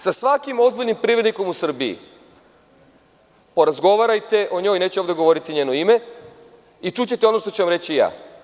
Sa svakim ozbiljnim privrednikom u Srbiji porazgovarajte o njoj, neću govoriti njeno ime, i čućete ono što ću vam reći i ja.